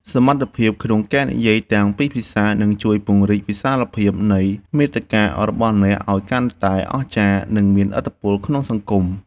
សមត្ថភាពក្នុងការនិយាយទាំងពីរភាសានឹងជួយពង្រីកវិសាលភាពនៃមាតិការបស់អ្នកឱ្យកាន់តែអស្ចារ្យ និងមានឥទ្ធិពលក្នុងសង្គម។